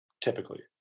typically